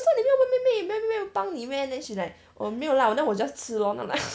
为什么你没有问妹妹妹妹没有帮你 meh then she like 我没有啦 then 我 just 吃 lor then I'm like